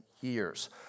years